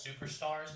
superstars